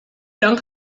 lange